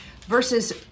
versus